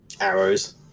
arrows